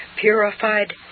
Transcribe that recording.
Purified